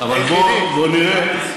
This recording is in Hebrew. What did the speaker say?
אבל בוא נראה.